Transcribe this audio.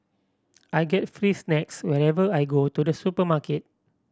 I get free snacks whenever I go to the supermarket